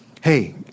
Hey